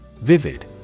Vivid